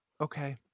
okay